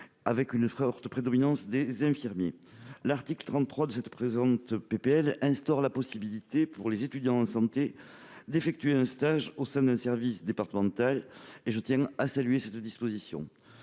dont de nombreux infirmiers. L'article 33 de cette présente proposition de loi instaure la possibilité pour les étudiants en santé d'effectuer un stage au sein d'un service départemental, et je tiens à saluer cette disposition.